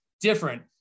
different